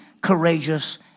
courageous